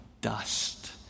dust